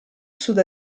sud